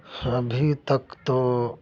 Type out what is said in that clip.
ابھی تک تو